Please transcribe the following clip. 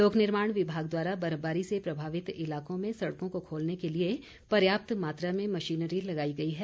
लोक निर्माण विभाग द्वारा बर्फबारी से प्रभावित इलाकों में सड़कों को खोलने के लिए पर्याप्त मात्रा में मशीनरी लगाई गई है